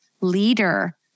leader